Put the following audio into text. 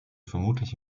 vermutlich